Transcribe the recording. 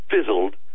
fizzled